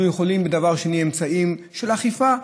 אנחנו יכולים באמצעי אכיפה,